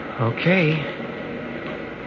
Okay